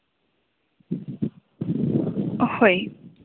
ᱦᱳᱭ